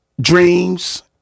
Dreams